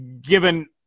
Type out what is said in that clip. given